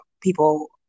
people